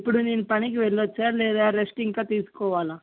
ఇప్పుడు నేను పనికి వెళ్ళచ్చా లేదా రెస్ట్ ఇంకా తీసుకోవాలా